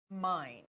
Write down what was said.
mind